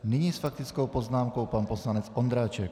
Nyní s faktickou poznámkou pan poslanec Ondráček.